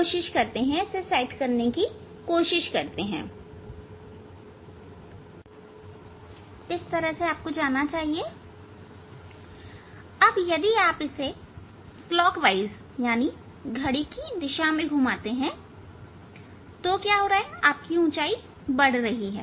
आपको जाना चाहिए यदि आप इसे क्लॉक वाइज घड़ी की दिशा में घुमाते हैं तो ऊंचाई बढ़ रही है